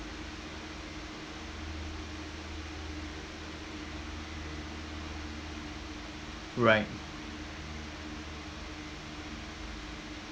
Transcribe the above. right